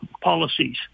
policies